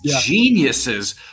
geniuses